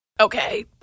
Okay